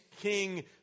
King